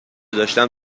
داشتم